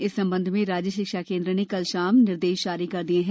इस संबंध में राज्य शिक्षा केन्द्र ने कल शाम निर्देश जारी कर दिए हैं